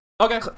Okay